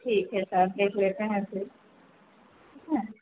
ठीक है सर देख लेते हैं फिर ठीक है